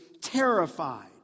terrified